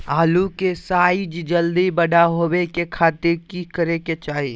आलू के साइज जल्दी बड़ा होबे के खातिर की करे के चाही?